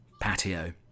patio